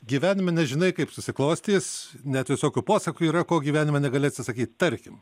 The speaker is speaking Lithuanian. gyvenime nežinai kaip susiklostys net visokių posakių yra ko gyvenime negali atsisakyt tarkim